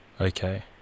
Okay